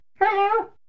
Hello